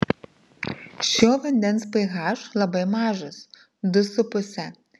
šio vandens ph labai mažas du su puse